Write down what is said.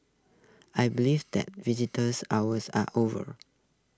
I believe that visitors hours are over